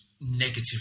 negative